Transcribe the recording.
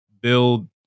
build